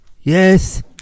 Yes